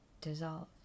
dissolve